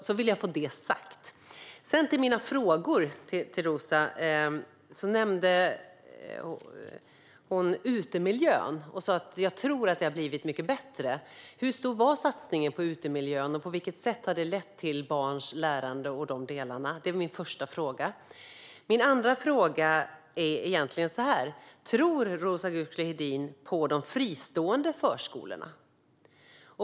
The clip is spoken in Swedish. Jag ville få det sagt. Jag har några frågor till Roza. Hon nämnde utemiljön och sa att hon trodde att det blivit mycket bättre. Hur stor var satsningen på utemiljön, och på vilket sätt har den påverkat barns lärande? Det är min första fråga. Min andra fråga är: Tror Roza Güclü Hedin på de fristående förskolorna?